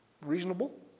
reasonable